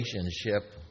relationship